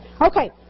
Okay